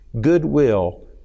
goodwill